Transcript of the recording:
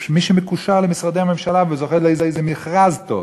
מי שמקושר למשרדי הממשלה וזוכה לאיזה מכרז טוב,